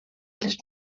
les